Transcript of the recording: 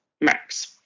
Max